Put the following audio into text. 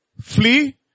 flee